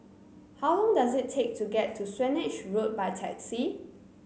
how long does it take to get to Swanage Road by taxi